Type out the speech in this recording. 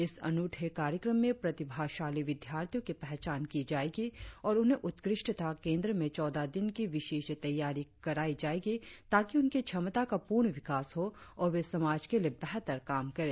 इस अनूठे कार्यक्रम में प्रतिभाशाली विद्यार्थियों की पहचान की जाएगी और उन्हें उत्कृष्टता केंद्र में चौदह दिन की विशेष तैयारी कराई जाएगी ताकि उनकी क्षमता का पूर्ण विकास हो और वे समाज के लिए बेहतर काम करें